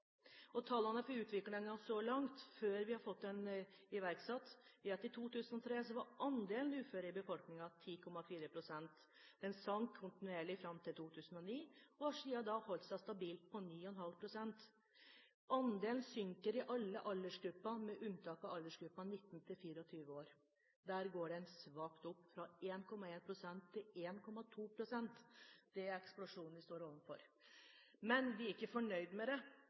salen. Tallene for utviklingen så langt, før vi har fått den iverksatt, er at i 2003 var andelen uføre i befolkningen på 10,4 pst. Den sank kontinuerlig fram til 2009 og har siden da holdt seg stabil på 9,5 pst. Andelen synker i alle aldersgrupper med unntak av aldersgruppen 19–24 år. Der går den svakt opp, fra 1,1 pst. til 1,2 pst. – det er eksplosjonen vi står overfor. Men vi er ikke fornøyd med det.